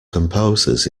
composers